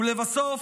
ולבסוף,